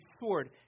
sword